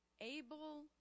able